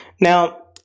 Now